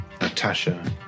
Natasha